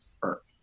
first